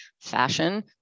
fashion